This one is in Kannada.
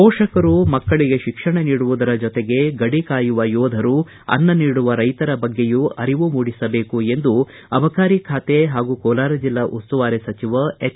ಪೋಷಕರು ಮಕ್ಕಳಿಗೆ ತಿಕ್ಷಣ ನೀಡುವುದರ ಜತೆಗೆ ಗಡಿ ಕಾಯುವ ಯೋಧರು ಅನ್ನ ನೀಡುವ ರೈತರ ಬಗ್ಗೆ ಅರಿವು ಮೂಡಿಸಬೇಕು ಎಂದು ಅಬಕಾರಿ ಖಾತೆ ಹಾಗೂ ಕೋಲಾರ ಜಿಲ್ಲಾ ಉಸ್ತುವಾರಿ ಸಚಿವ ಎಚ್